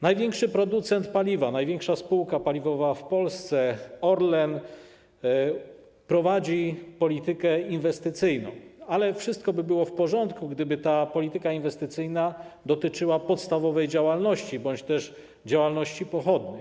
Największy producent paliwa, największa spółka paliwowa w Polsce Orlen prowadzi politykę inwestycyjną, ale wszystko byłoby w porządku, gdyby ta polityka inwestycyjna dotyczyła podstawowej działalności bądź też działalności pochodnej.